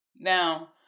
Now